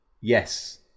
Yes